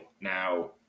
Now